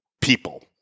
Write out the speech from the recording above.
people